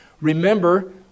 Remember